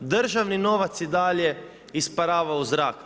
Državni novac i dalje isparava u zrak.